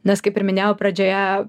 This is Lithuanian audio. nes kaip ir minėjau pradžioje